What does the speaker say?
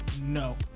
no